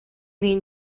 mean